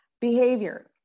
behavior